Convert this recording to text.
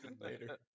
Later